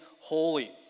holy